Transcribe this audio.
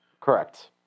Correct